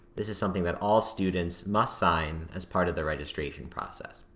this is something that all students must sign as part of the registration process.